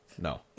No